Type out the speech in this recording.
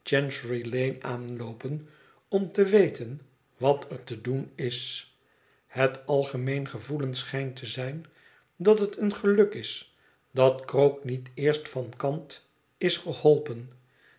aanloopen om te weten wat er te doen is het algemeen gevoelen schijnt te zijn dat het een geluk is dat krook niet eerst van kant is geholpen